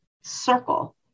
circle